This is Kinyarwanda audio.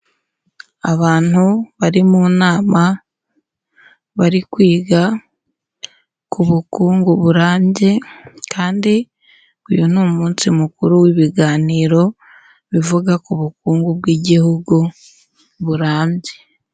Abantu bari mu nama, bari kwiga ku bukungu burambye, kandi uyu ni umunsi mukuru w'ibiganiro bivuga ku bukungu bw'igihugu burambye.